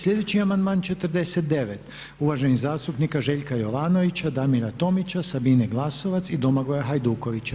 Sljedeći amandman je 49. uvaženog zastupnika Željka Jovanovića, Damira Tomića, Sabine Glasovac i Domagoja Hajdukovića.